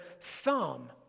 thumb